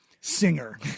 singer